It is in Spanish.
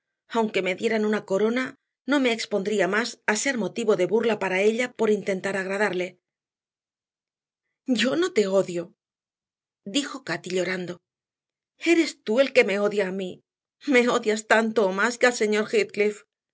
aunque me dieran una corona no me expondría más a ser motivo de burla para ella por intentar agradarle yo no te odio dijo cati llorando eres tú el que me odia a mí me odias tanto o más que al señor